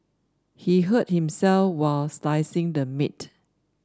he hurt himself while slicing the meat